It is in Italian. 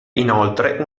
inoltre